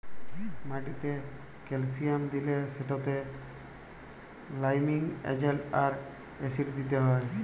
মাটিতে ক্যালসিয়াম দিলে সেটতে লাইমিং এজেল্ট আর অ্যাসিড দিতে হ্যয়